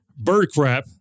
Birdcrap